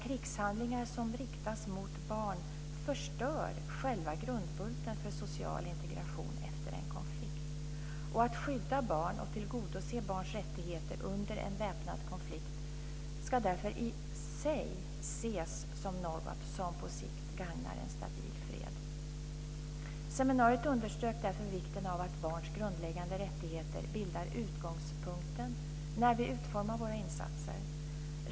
Krigshandlingar som riktas mot barn förstör själva grundbulten för social integration efter en konflikt. Att skydda barn och tillgodose barns rättigheter under en väpnad konflikt ska därför i sig ses som något som på sikt gagnar en stabil fred. Seminariet underströk därför vikten av att barns grundläggande rättigheter bildar utgångspunkt när vi utformar våra insatser.